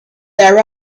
their